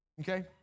Okay